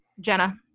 Jenna